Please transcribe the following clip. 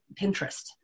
Pinterest